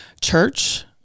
church